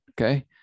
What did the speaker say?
okay